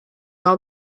all